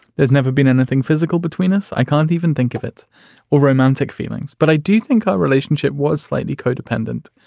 there's never been anything physical between us. i can't even think of it or romantic feelings. but i do think our relationship was slightly codependent.